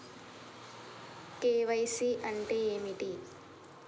KYC అంటే ఏమిటి?